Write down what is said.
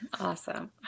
Awesome